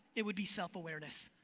it would be self-awareness.